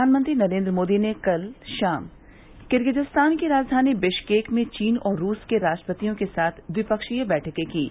प्रधानमंत्री नरेंद्र मोदी ने कल शाम किर्गिजस्तान की राजधानी बिश्केक में चीन और रूस के राष्ट्रपतियों के साथ द्विपक्षीय बैठकें कीं